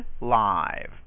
live